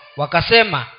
wakasema